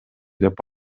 деп